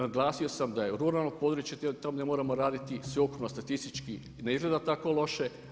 Naglasio sam da je ruralno područje … raditi, sveukupno statistički ne izgleda tako loše.